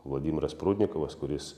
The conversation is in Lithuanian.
vladimiras prudnikovas kuris